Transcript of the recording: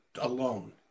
alone